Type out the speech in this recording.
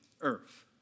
earth